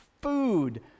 food